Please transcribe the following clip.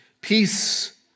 Peace